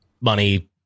money